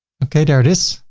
okay, there it is.